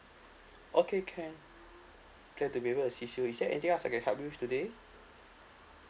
okay can glad to be able to assist you is there anything else I can help you with today